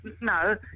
No